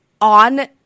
On